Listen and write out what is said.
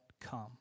come